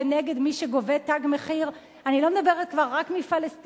כנגד מי שגובה "תג מחיר" אני לא מדברת כבר רק מפלסטינים,